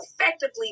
effectively